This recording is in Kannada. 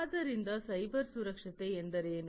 ಆದ್ದರಿಂದ ಸೈಬರ್ ಸುರಕ್ಷತೆ ಎಂದರೇನು